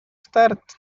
start